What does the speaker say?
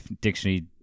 dictionary